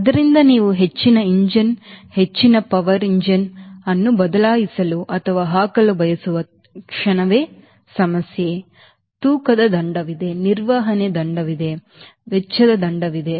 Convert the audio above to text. ಆದ್ದರಿಂದ ನೀವು ಹೆಚ್ಚಿನ ಎಂಜಿನ್ ಹೆಚ್ಚಿನ ಪವರ್ ಎಂಜಿನ್ ಅನ್ನು ಬದಲಾಯಿಸಲು ಅಥವಾ ಹಾಕಲು ಬಯಸುವ ಕ್ಷಣವೇ ಸಮಸ್ಯೆ ತೂಕದ ದಂಡವಿದೆ ನಿರ್ವಹಣೆ ದಂಡವಿದೆ ವೆಚ್ಚದ ದಂಡವಿದೆ